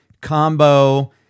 combo